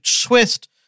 twist